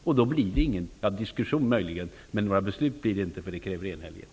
Och då blir det inget. Möjligen blir det en diskussion, men några beslut blir det inte, för det kräver enhällighet.